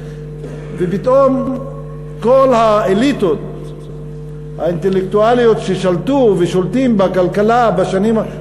ופתאום כל האליטות האינטלקטואליות ששלטו ושולטות בכלכלה בשנים האחרונות,